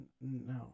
No